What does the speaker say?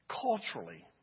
culturally